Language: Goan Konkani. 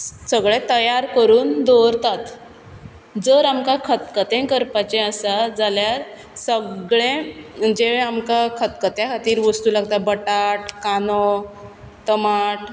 सगळें तयार करून दवरतात जर आमकां खतखतें करपाचें आसत जाल्यार सगळें जें आमकां खतखत्या खातीर वस्तू लागता बटाट कांदो तमाट